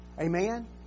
Amen